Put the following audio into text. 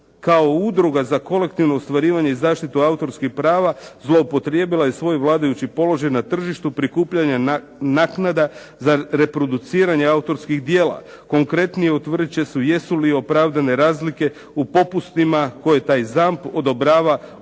kao udruga za kolektivno ostvarivanje i zaštitu autorskih prava zloupotrijebila je i svoj vladajući položaj na tržištu prikupljanja naknada za reproduciranje autorskih djela. Konkretnije, utvrdit će se jesu li opravdane razlike u popustima koje taj ZAMP odobrava obveznicima